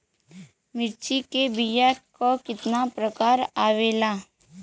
मिर्चा के बीया क कितना प्रकार आवेला?